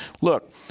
Look